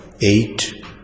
eight